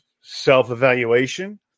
self-evaluation